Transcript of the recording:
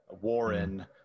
Warren